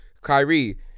Kyrie